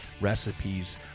recipes